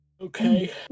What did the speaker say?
Okay